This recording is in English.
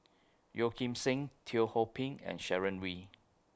Yeo Kim Seng Teo Ho Pin and Sharon Wee